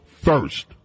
first